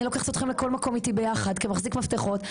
אני לוקחת אותכם לכל מקום איתי ביחד כמחזיק מפתחות,